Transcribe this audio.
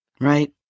Right